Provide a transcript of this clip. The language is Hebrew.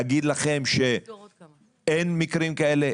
להגיד לכם שאין מקרים כאלה?